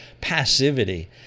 passivity